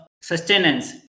sustenance